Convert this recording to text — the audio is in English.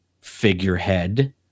figurehead